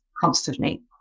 constantly